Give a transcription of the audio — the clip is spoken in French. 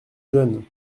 jeune